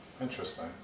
interesting